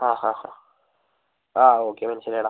ആ ഹാ ഹാ ആ ഓക്കേ മനസ്സിലായി എടാ